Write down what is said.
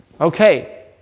Okay